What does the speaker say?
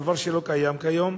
דבר שלא קיים כיום?